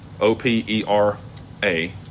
O-P-E-R-A